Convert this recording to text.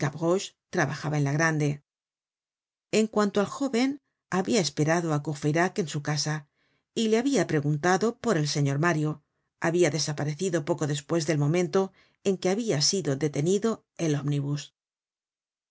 trabajaba en la grande en cuanto al jóven que habia esperado á courfeyrac en su casa y le habia preguntado por el señor mario habia desaparecido poco despues del momento en que habia sido detenido el omnibus